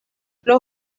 los